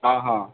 हँ हँ